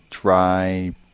dry